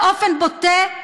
באופן בוטה,